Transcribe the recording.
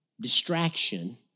distraction